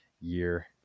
year